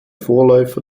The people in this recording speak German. vorläufer